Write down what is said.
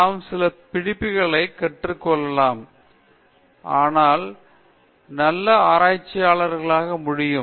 நாம் சில படிப்பினைகளை கற்றுக் கொள்ளலாம் அதனால் நல்ல ஆராய்ச்சியாளர்களாக முடியும்